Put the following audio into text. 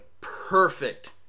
perfect